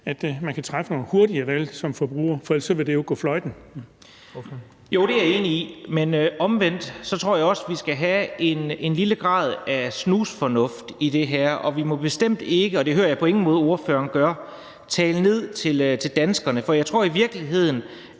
formand (Jens Henrik Thulesen Dahl): Ordføreren. Kl. 12:48 Anders Kronborg (S): Jo, det er jeg enig i. Men omvendt tror jeg også, at vi skal have en lille grad af snusfornuft i det her, og vi må bestemt ikke – og det hører jeg på ingen måde ordføreren gøre – tale ned til danskerne, for jeg tror i virkeligheden,